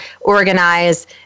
organize